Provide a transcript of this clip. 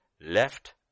left